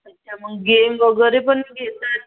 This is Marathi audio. अच्छा मग गेम वगैरे पण घेतात